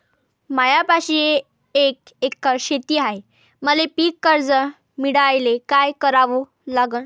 मायापाशी एक एकर शेत हाये, मले पीककर्ज मिळायले काय करावं लागन?